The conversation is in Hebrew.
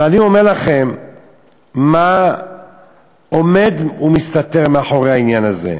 אבל אני אומר לכם מה עומד ומסתתר מאחורי העניין הזה.